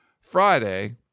Friday